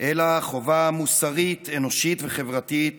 אלא חובה מוסרית, אנושית וחברתית